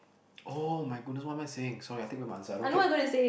oh my goodness what am I saying sorry I take back my answer I don't care